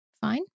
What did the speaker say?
fine